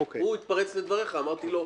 ליאור.